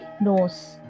nose